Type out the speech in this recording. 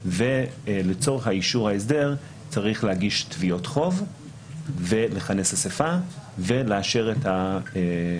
ולצורך אישור ההסדר צריך להגיש תביעות חוב לכנס אסיפה ולאשר את ההסדר.